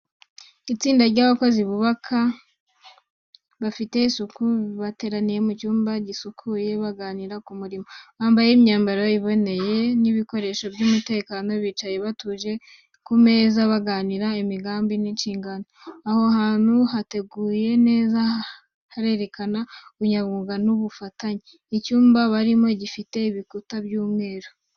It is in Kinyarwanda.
Itsinda ry’abakozi bubaka bafite isuku bateraniye mu cyumba gisukuye baganira ku mirimo. Bambaye imyambaro iboneye n’ibikoresho by’umutekano, bicaye batuje ku meza baganira ku migambi n’inshingano. Aho hantu hateguye neza herekana ubunyamwuga n’ubufatanye. Icyumba barimo gifite ibikuta by'umweru.